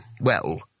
well